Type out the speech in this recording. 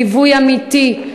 ליווי אמיתי.